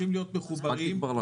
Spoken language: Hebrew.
אתם מאשרים להם פה.